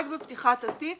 רק בפתיחת התיק